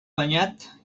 banyat